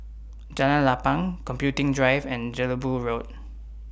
Jalan Lapang Computing Drive and Jelebu Road